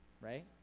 right